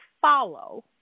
follow